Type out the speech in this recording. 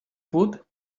food